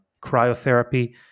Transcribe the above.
cryotherapy